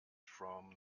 from